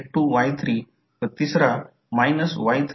आता प्रश्न असा आहे की हा करंट येथून प्रवेश करून कॉइलकडे जातो